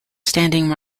standing